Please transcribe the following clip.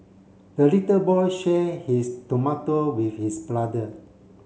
the little boy share his tomato with his brother